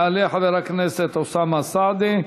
יעלה חבר הכנסת אוסאמה סעדי,